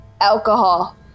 Alcohol